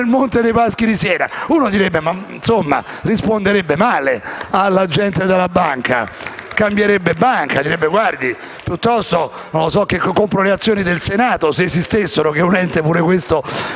nel Monte dei Paschi di Siena».